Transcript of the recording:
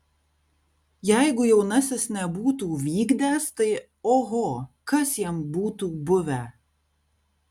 jeigu jaunasis nebūtų vykdęs tai oho kas jam būtų buvę